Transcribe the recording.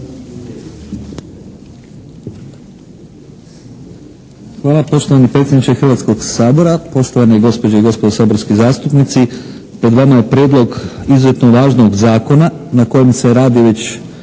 Hvala poštovani predsjedniče Hrvatskoga sabora. Poštovane gospođe i gospodo saborski zastupnici. Pred vama je prijedlog izuzetno važnog zakona na kojem se radi već